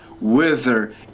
wither